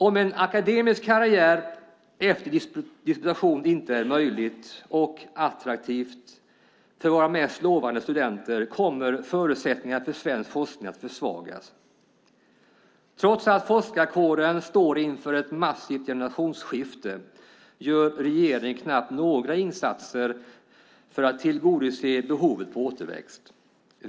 Om en akademisk karriär efter disputation inte är möjlig och attraktiv för våra mest lovande studenter kommer förutsättningarna för svensk forskning att försvagas. Trots att forskarkåren står inför ett massivt generationsskifte gör regeringen knappast några insatser för att tillgodose behovet på återväxt.